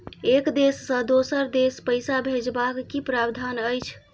एक देश से दोसर देश पैसा भैजबाक कि प्रावधान अछि??